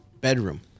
Bedroom